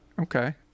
Okay